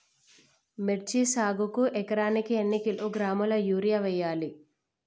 మిర్చి సాగుకు ఎకరానికి ఎన్ని కిలోగ్రాముల యూరియా వేయాలి?